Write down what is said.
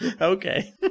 Okay